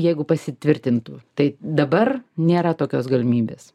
jeigu pasitvirtintų tai dabar nėra tokios galimybės